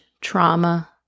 trauma